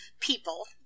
people